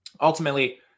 Ultimately